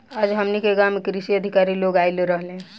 आज हमनी के गाँव में कृषि अधिकारी लोग आइल रहले